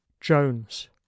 Jones